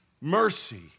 mercy